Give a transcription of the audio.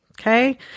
Okay